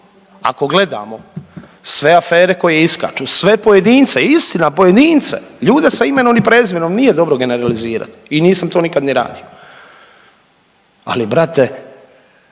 ako gledamo sve afere koje iskaču, sve pojedince, istina pojedince, ljude sa imenom i prezimenom. Nije dobro generalizirati i nisam to nikad ni radio. Ali brate